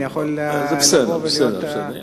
אני יכול להעיד על מה שקורה כרגע.